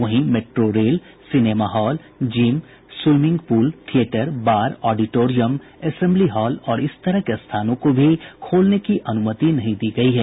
वहीं metro rail cinema hall gym swimming pool theatre bar auditorium assembly hall और इस तरह के स्थानों को भी खोलने की अनुमति नहीं दी गयी है